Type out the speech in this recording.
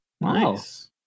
Nice